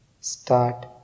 start